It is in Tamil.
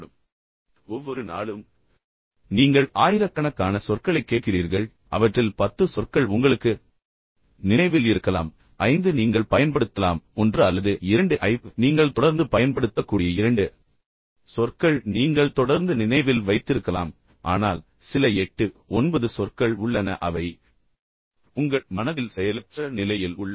எனவே ஒவ்வொரு நாளும் நீங்கள் ஆயிரக்கணக்கான சொற்களைக் கேட்கிறீர்கள் அவற்றில் 10 சொற்கள் உங்களுக்கு நினைவில் இருக்கலாம் 5 நீங்கள் பயன்படுத்தலாம் 1 அல்லது 2 ஐப் நீங்கள் தொடர்ந்து பயன்படுத்தக்கூடிய 2 சொற்கள் நீங்கள் தொடர்ந்து நினைவில் வைத்திருக்கலாம் ஆனால் சில 89 சொற்கள் உள்ளன அவை உங்கள் மனதில் செயலற்ற நிலையில் உள்ளன